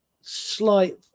slight